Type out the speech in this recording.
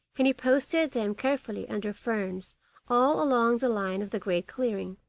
and he posted them carefully under ferns all along the line of the great clearing,